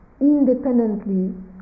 independently